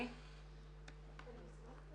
בעצם כל הרעיון היה לתת להן כלים